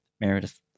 Meredith